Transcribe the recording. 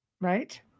right